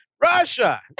Russia